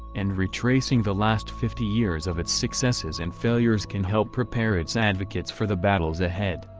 and retracing the last fifty years of its successes and failures can help prepare its advocates for the battles ahead.